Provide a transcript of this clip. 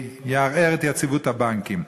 יערער את יציבות הבנקים.